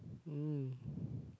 mm